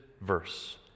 verse